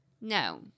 No